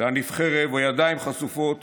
להניף חרב או ידיים חשופות